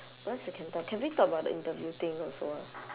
what else we can talk can we talk about the interview thing also